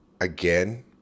again